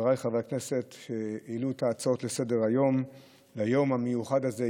חבריי חברי הכנסת שהעלו את ההצעות לסדר-היום ביום המיוחד הזה,